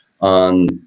on